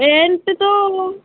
rent तो